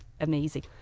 amazing